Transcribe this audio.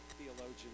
theologian